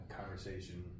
conversation